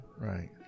right